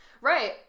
Right